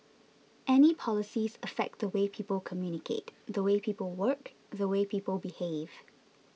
any policies affect the way people communicate the way people work the way people behave